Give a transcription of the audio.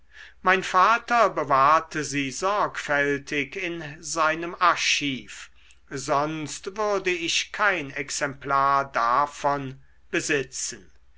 mein vater bewahrte sie sorgfältig in seinem archiv sonst würde ich kein exemplar davon besitzen